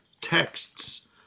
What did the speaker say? texts